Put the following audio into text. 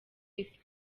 ifite